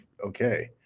okay